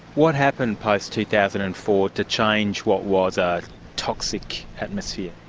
what happened post two thousand and four to change what was a toxic atmosphere?